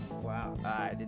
Wow